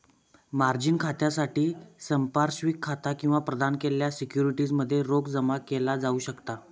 margin खात्यासाठी संपार्श्विक खाता किंवा प्रदान केलेल्या सिक्युरिटीज मध्ये रोख जमा केला जाऊ शकता